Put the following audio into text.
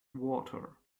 water